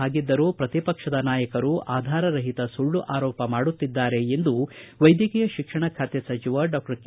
ಪಾಗಿದ್ದರೂ ಪ್ರತಿಪಕ್ಷದ ನಾಯಕರು ಆಧಾರ ರಹಿತ ಸುಳ್ಳು ಆರೋಪ ಮಾಡುತ್ತಿದ್ದಾರೆ ಎಂದು ವೈದ್ಯಕೀಯ ಶಿಕ್ಷಣ ಖಾತೆ ಸಚಿವ ಡಾಕ್ಷರ್ ಕೆ